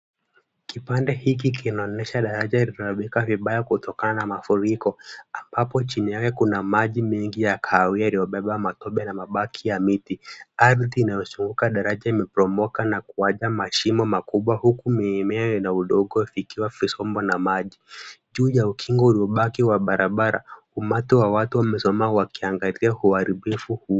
Kipande hiki kinaonyesha daraja imeharibika vibaya kutokana na mafuriko, ambapo chini yake kuna maji mengi ya kahawia iliyobeba matope na mabaki ya miti, ardhi inayozunguka daraja imeporomoka na kuacha mashimo makubwa huku mimea na udongo vikiwa vimesombwa na maji, juu ya ukingo uliobaki wa barabara, umati wa watu umesimama wakiangalia uharibifu huu.